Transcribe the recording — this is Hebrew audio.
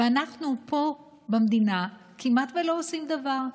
ואנחנו פה במדינה כמעט לא עושים דבר.